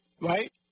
Right